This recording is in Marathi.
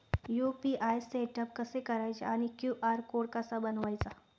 यु.पी.आय सेटअप कसे करायचे आणि क्यू.आर कोड कसा बनवायचा?